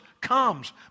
comes